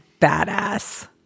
badass